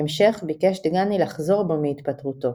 בהמשך, ביקש דגני לחזור בו מהתפטרותו.